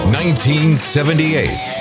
1978